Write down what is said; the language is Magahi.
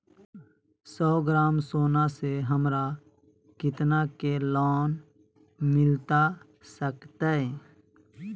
सौ ग्राम सोना से हमरा कितना के लोन मिलता सकतैय?